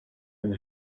and